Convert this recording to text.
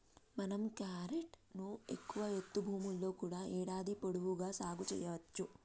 మనం క్యారెట్ ను ఎక్కువ ఎత్తు భూముల్లో కూడా ఏడాది పొడవునా సాగు సెయ్యవచ్చు